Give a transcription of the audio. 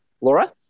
Laura